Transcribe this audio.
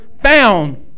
found